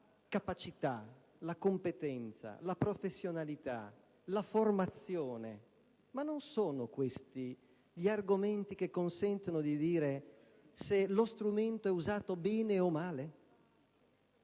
la capacità, la competenza, la professionalità e la formazione. Mi chiedo dunque se non siano questi gli argomenti che consentono di dire se lo strumento è usato bene o male;